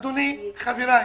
אדוני, חבריי,